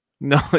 No